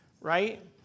Right